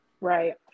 Right